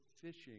fishing